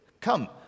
Come